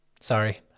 sorry